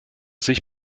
sich